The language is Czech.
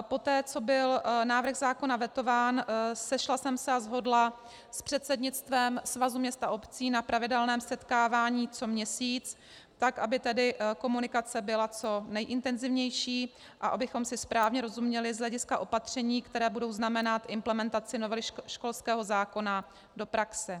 Poté co byl návrh zákona vetován, sešla jsem se a shodla s předsednictvem Svazu měst a obcí na pravidelném setkávání co měsíc, tak aby tedy komunikace byla co nejintenzivnější a abychom si správně rozuměli z hlediska opatření, která budou znamenat implementaci novely školského zákona do praxe.